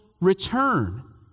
return